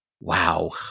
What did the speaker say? Wow